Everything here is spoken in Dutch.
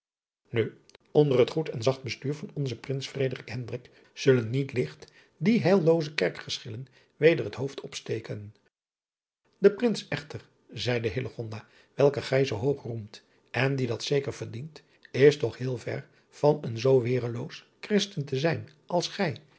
u onder het goed en zacht bestnur van onzen rins zullen niet ligt die heillooze kerkgeschillen weder het hoofd opsteken e rins echter zeide driaan oosjes zn et leven van illegonda uisman welken gij zoo hoog roemt en die dat zeker verdient is toch heel ver van een zoo wereloos hristen te zijn als gij